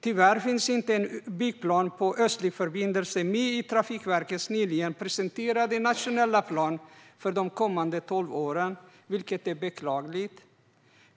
Tyvärr finns det inte någon byggplan på en östlig förbindelse i Trafikverkets nyligen presenterade nationella plan för de kommande tolv åren, vilket är beklagligt.